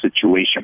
situation